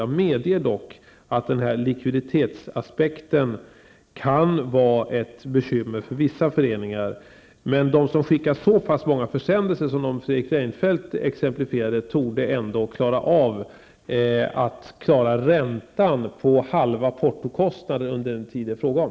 Jag medger dock att likviditetsaspekten kan vara ett bekymmer för vissa föreningar. Men de föreningar som skickar så pass många försändelser som Fredrik Reinfeldt gav exempel på, torde ändå klara räntan på halva portokostnaden under den tid det är fråga om.